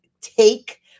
take